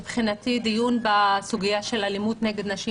מבחינתי דיון בסוגיה של אלימות נגד נשים